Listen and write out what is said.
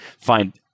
find